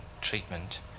treatment